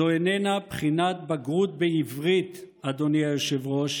זו איננה בחינת בגרות בעברית, אדוני היושב-ראש,